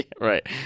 Right